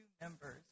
members